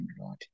Lord